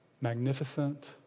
magnificent